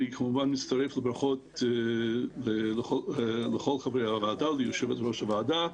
אני כמובן מצטרף לברכות לכל חברי הוועדה וליושבת ראש הוועדה.